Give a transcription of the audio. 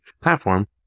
platform